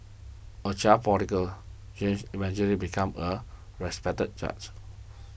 a child forty girl James eventually become a respected judge